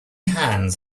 hands